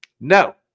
No